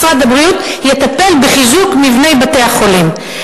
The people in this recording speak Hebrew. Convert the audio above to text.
משרד הבריאות יטפל בחיזוק מבני בתי-החולים,